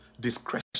discretion